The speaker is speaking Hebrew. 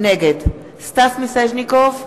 נגד סטס מיסז'ניקוב,